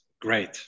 Great